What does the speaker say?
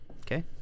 Okay